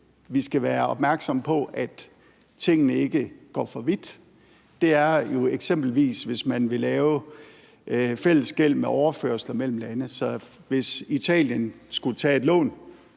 vi skal være opmærksomme på, at tingene ikke går for vidt, er jo eksempelvis, hvis man vil lave fælles gæld med overførsler mellem landene, så det, hvis Italien skulle tage et lån,